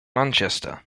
manchester